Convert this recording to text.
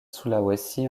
sulawesi